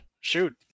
Shoot